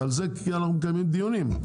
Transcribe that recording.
ועל זה אנחנו מקיימים דיונים,